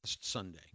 Sunday